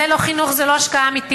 זה לא חינוך, זו לא השקעה אמיתית.